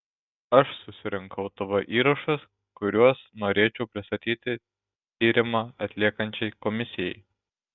aš susirinkau tv įrašus kuriuos norėčiau pristatyti tyrimą atliekančiai komisijai